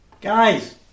Guys